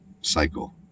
cycle